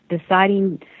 Deciding